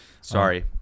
Sorry